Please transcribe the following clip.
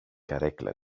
καρέκλα